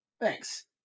Thanks